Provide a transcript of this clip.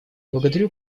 благодарю